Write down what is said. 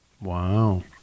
wow